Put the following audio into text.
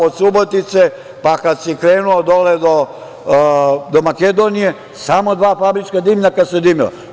Od Subotice, pa kad si krenuo dole do Makedonije samo dva fabrička dimnjaka su dimila.